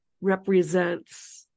represents